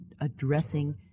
addressing